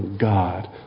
God